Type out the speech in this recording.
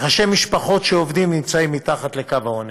ראשי משפחות שעובדים נמצאים מתחת לקו העוני.